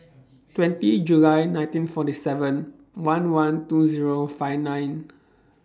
twenty July nineteen forty seven one one two Zero five nine